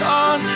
on